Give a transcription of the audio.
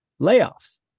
layoffs